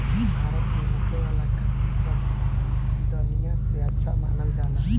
भारत में होखे वाला काफी सब दनिया से अच्छा मानल जाला